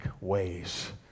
ways